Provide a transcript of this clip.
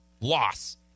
loss